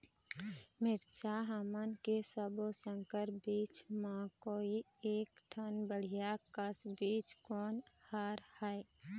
मिरचा हमन के सब्बो संकर बीज म कोई एक ठन बढ़िया कस बीज कोन हर होए?